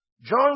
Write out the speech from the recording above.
John